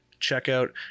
checkout